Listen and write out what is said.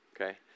okay